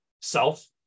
self